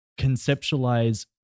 conceptualize